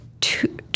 two